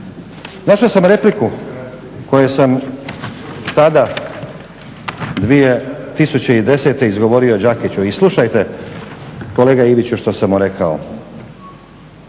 Našao sam repliku koju sam tada 2010. izgovorio Đakiću i slušajte kolega Iviću što sam mu rekao.